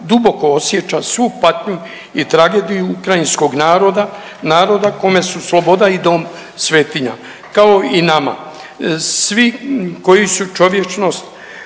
duboko osjeća svu patnju i tragediju ukrajinskog naroda, naroda kome su sloboda i dom svetinja kao i nama. Svi koji su čovječnost